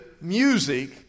music